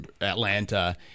Atlanta